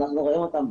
אנחנו רואים אותם,